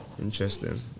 Interesting